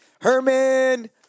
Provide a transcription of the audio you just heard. Herman